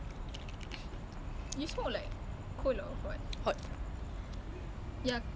lagi kuat like you feel it lah